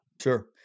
Sure